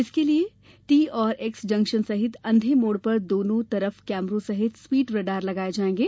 इसके लिए टी और एक्स जंक्शन सहित अंधे मोड़ पर दोनों तरफ कैमरों सहित स्पीड रडार लगाये जायेंगे